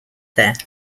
there